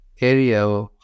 area